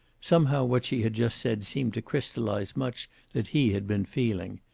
somehow what she had just said seemed to crystallize much that he had been feeling.